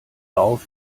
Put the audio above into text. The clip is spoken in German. auf